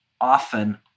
often